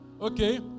Okay